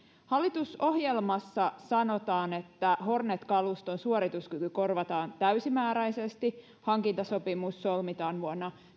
hallitusohjelmassa sanotaan hornet kaluston suorituskyky korvataan täysimääräisesti hankintasopimus solmitaan vuonna